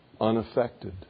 unaffected